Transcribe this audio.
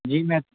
جی میں